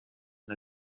and